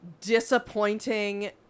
disappointing